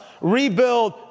rebuild